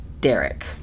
Derek